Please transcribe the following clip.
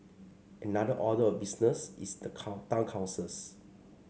another order of business is the town councils